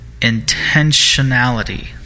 intentionality